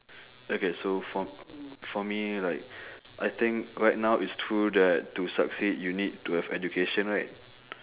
okay so for for me like I think right now it's true that to succeed you need to have education right